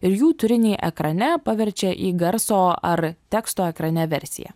ir jų turinį ekrane paverčia į garso ar teksto ekrane versiją